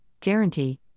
Guarantee